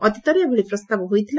ଅତୀତରେ ଏଭଳି ପ୍ରସ୍ତାବ ହୋଇଥିଲା